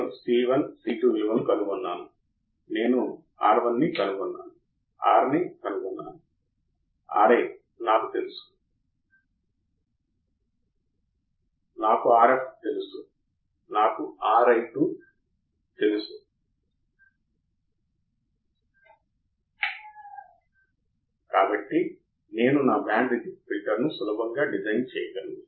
కాబట్టి ఈ Ib1 R2 ఇక్కడఇన్పుట్ ఆఫ్సెట్ వోల్టేజ్ ను సూచిస్తుంది ఒఒకవేళ ఇన్పుట్ కనెక్ట్ చేయకపోతే VI 0 ఐడియల్ గా V 0 అని విశ్లేషించవచ్చు కాని ఇన్పుట్ బయాస్ కరెంట్ కారణంగా నిరూపితమైన వోల్టేజ్ ఫలితాలు వర్తించనప్పుడు కూడా ఇన్పుట్ వర్తించబడదు సరియైనది కాబట్టివిషయం ఏంటంటే నేను ఈ అవుట్పుట్ ఆఫ్సెట్ వోల్టేజ్ను ఎలా తగ్గించగలను